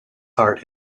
heart